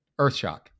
Earthshock